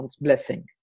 blessing